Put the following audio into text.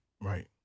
Right